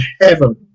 heaven